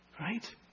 Right